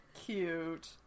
Cute